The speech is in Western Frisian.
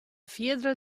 fierdere